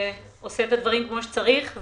עושה את הדברים כמו שצריך.